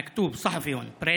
(אומר בערבית: כתוב עליהם Press,)